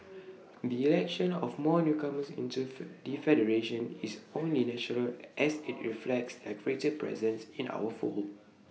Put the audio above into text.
the election of more newcomers into fir D federation is only natural as IT reflects their greater presence in our fold